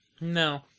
No